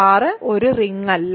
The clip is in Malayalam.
R ഒരു റിംഗ് അല്ല